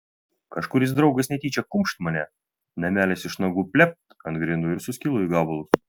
kažkuris draugas netyčią kumšt mane namelis iš nagų plept ant grindų ir suskilo į gabalus